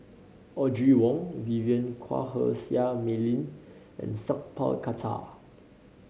Audrey Wong Vivien Quahe Seah Mei Lin and Sat Pal Khattar